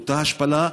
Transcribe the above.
באותה השפלה,